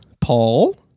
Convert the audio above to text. paul